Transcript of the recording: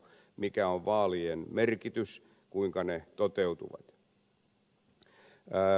mikä on vaalien merkitys kuinka ne toteutuvat